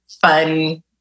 fun